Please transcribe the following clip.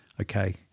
Okay